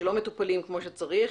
שלא מטופלים כמו שצריך,